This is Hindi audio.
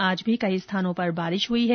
आज भी कई स्थानों पर बारिश हुई है